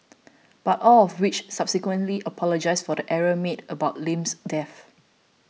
but all of which subsequently apologised for the error made about Lim's death